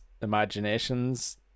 imaginations